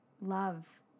love